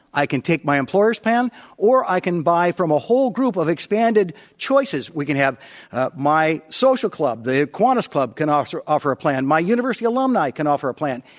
i can take my employer's plan or i can buy from a whole group of expanded choices. we could have ah my social club. the kiwanis club can offer offer a plan. my university alumni can offer a plan.